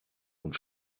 und